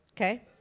Okay